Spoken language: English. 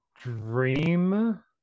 dream